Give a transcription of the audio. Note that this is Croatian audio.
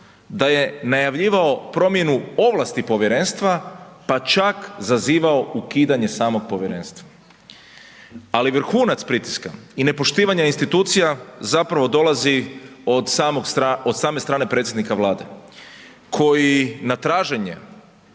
da je najavljivao promjenu ovlasti povjerenstva pa čak zazivao ukidanje samog povjerenstva. Ali vrhunac pritiska i nepoštivanje institucija zapravo dolazi od same strane predsjednika Vlade koji na traženje